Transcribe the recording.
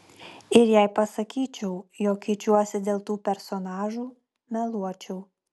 ir jei pasakyčiau jog keičiuosi dėl tų personažų meluočiau